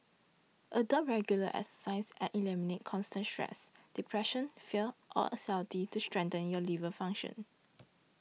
adopt regular exercise and eliminate constant stress depression fear or anxiety to strengthen your liver function